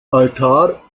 altar